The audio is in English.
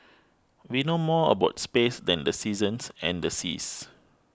we know more about space than the seasons and the seas